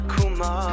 Kuma